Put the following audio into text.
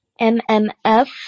MMF